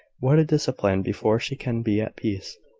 what a discipline before she can be at peace!